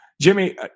Jimmy